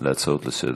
להצעות לסדר-היום.